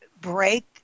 break